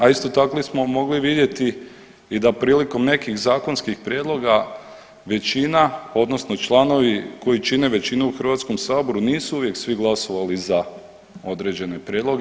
A isto tako smo mogli vidjeti i da prilikom nekih zakonskih prijedloga većina odnosno članovi koji čine većinu u Hrvatskom saboru nisu uvijek svi glasovali za određene prijedloge.